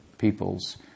peoples